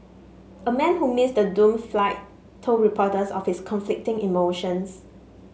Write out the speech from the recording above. a man who missed the doomed flight told reporters of his conflicting emotions